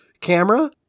camera